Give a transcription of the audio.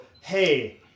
hey